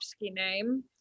name